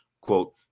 quote